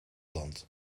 land